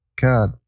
God